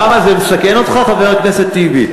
למה, זה מסכן אותך, חבר הכנסת טיבי?